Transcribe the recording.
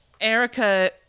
Erica